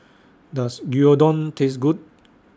Does Gyudon Taste Good